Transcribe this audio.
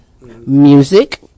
music